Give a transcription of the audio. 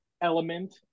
element